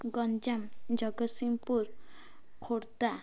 Ganjam Jagatsinghpur Khordha